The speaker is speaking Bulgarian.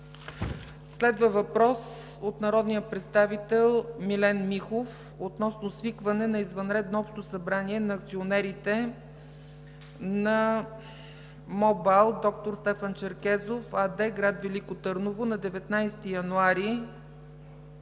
Следва въпрос от народния представител Милен Михов относно свикване на извънредно Общо събрание на акционерите на МОБАЛ „Д-р Стефан Черкезов” АД – град Велико Търново, на 19 януари